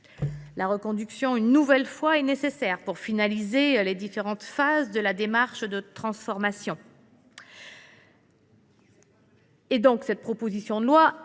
La reconduire une nouvelle fois apparaît nécessaire pour finaliser les différentes phases de la démarche de transformation engagée. Cette proposition de loi